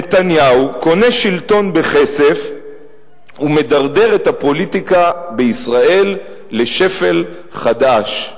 "נתניהו קונה שלטון בכסף ומדרדר את הפוליטיקה בישראל לשפל חדש".